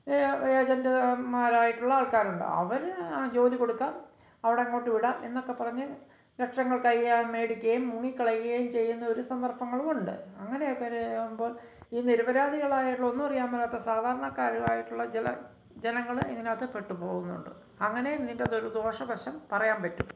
ഏജന്റുമാരായിട്ടുള്ള ആള്ക്കാരുണ്ട് അവർ ആ ജോലി കൊടുക്കാം അവിടെ അങ്ങോട്ട് വിടാം എന്നൊക്കെ പറഞ്ഞു ലക്ഷങ്ങള് കൈയാമം മേടിക്കയും മുങ്ങിക്കളയുകയും ചെയ്യുന്ന ഒരു സന്ദര്ഭങ്ങളും ഉണ്ട് അങ്ങനെയൊക്കെ ഒരേ യാകുമ്പോള് നിരപരാധികളായിട്ടുള്ള ഒന്നും അറിയാമേലാത്ത സാധാരണക്കാരായിട്ടുള്ള ചില ജനങ്ങൾ ഇതിനകത്ത് പെട്ട് പോകുന്നുണ്ട് അങ്ങനെ ഇതിനാണ് ഒരു ദോഷവശം പറയാന് പറ്റും